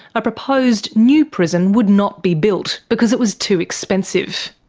a proposed new prison would not be built, because it was too expensive.